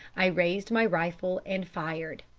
i raised my rifle and fired.